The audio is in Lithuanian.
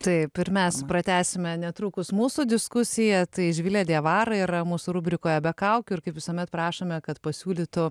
taip ir mes pratęsime netrukus mūsų diskusiją tai živilė diawara yra mūsų rubrikoje be kaukių ir kaip visuomet prašome kad pasiūlytų